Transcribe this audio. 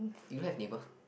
you have neighbour